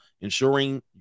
ensuring